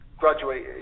graduate